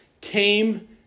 came